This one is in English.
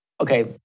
Okay